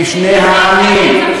משני העמים,